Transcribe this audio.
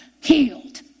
healed